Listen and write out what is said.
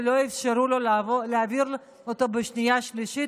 ולא אפשרו להעביר אותו בשנייה-שלישית,